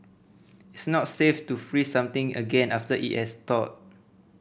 it's not safe to freeze something again after it has thawed